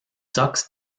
sox